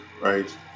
Right